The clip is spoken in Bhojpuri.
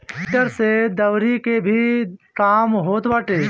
टेक्टर से दवरी के भी काम होत बाटे